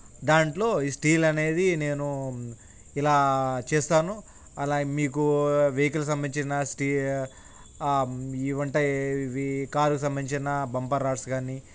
దాంట్లో ఈ స్టీల్ అనేది నేను ఇలా చేస్తాను అలా మీకూ వెహికల్ సంబధించిన స్టీ ఇవుంటాయ్ ఇవీ కారుకి సంబధించిన బంపర్ రాడ్స్ కానీ